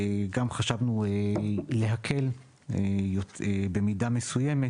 גם חשבנו להקל במידה מסוימת,